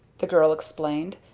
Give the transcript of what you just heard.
the girl explained,